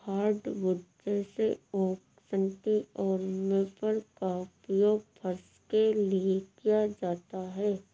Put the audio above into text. hardwood जैसे oak सन्टी और मेपल का उपयोग फर्श के लिए किया जाता है